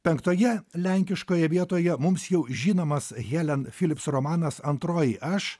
penktoje lenkiškoje vietoje mums jau žinomas helen filips romanas antroji aš